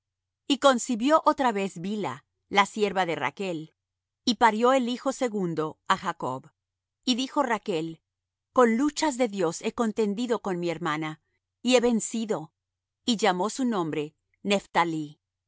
y concibió otra vez bilha la sierva de rachl y parió el hijo segundo á jacob y dijo rachl con luchas de dios he contendido con mi hermana y he vencido y llamó su nombre nephtalí